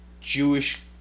Jewish